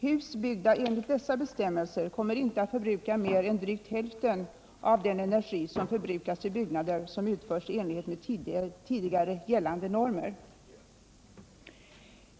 Hus byggda enligt dessa bestämmelser kommer inte att förbruka mer än drygt hälften av den energi som förbrukas i byggnader som utförts i enlighet med tidigare gällande normer.